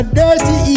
dirty